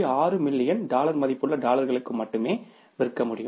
6 million dollar மதிப்புள்ள டாலர்களுக்கு மட்டுமே விற்க முடியும்